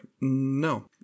no